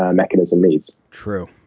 ah mechanism needs true.